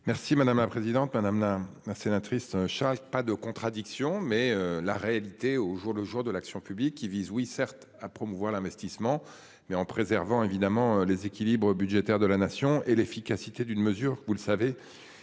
Merci madame la présidente, madame a la sénatrice chaque pas de contradiction, mais la réalité au jour le jour de l'action publique qui vise oui certes à promouvoir l'investissement mais en préservant évidemment les équilibres budgétaires de la nation et l'efficacité d'une mesure, vous le savez,